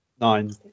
nine